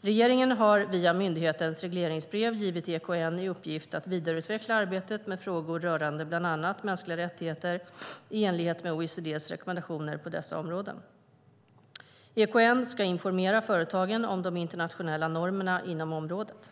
Regeringen har via myndighetens regleringsbrev givit EKN i uppgift att vidareutveckla arbetet med frågor rörande bland annat mänskliga rättigheter i enlighet med OECD:s rekommendationer på dessa områden. EKN ska informera företagen om de internationella normerna inom området.